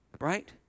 Right